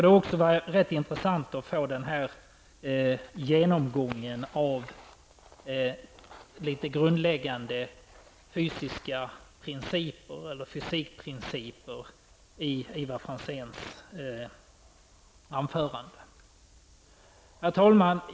Det var rätt intressant att få denna genomgång av Herr talman!